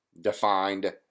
defined